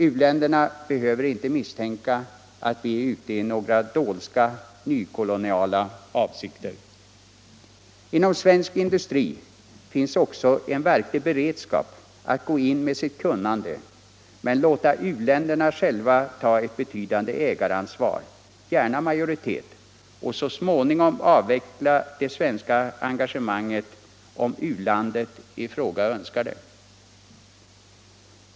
U-länderna behöver inte misstänka att vi är ute i några dolska, nykoloniala avsikter. Inom svensk industri finns också en verklig beredskap att gå ut med sitt kunnande och låta u-länderna själva ta ett betydande ägaransvar, gärna majoritet, och så småningom avveckla det svenska engagemanget om u-landet i fråga önskar det.